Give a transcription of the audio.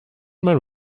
man